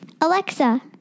Alexa